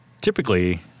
typically –